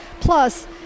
Plus